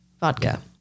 vodka